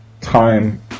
time